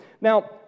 Now